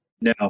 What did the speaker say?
now